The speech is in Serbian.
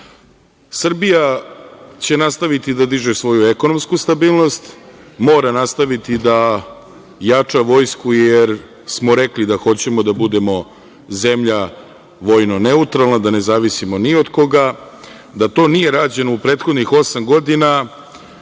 januar. Srbija će nastaviti da diže svoju ekonomsku stabilnost. Mora nastaviti da jača Vojsku jer smo rekli da hoćemo da budemo zemlja vojno neutralna, da ne zavisimo ni od koga. Da to nije rađeno u prethodnih osam godina,